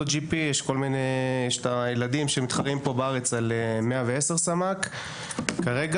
אל תגידו את המשפט הזה אף פעם, תגידו שכן